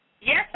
Yes